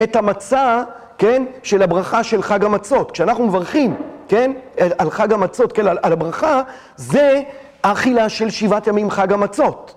את המצה, כן? של הברכה של חג המצות. כשאנחנו מברכים, כן? על חג המצות, כן? על הברכה, זה האכילה של שבעת ימים חג המצות.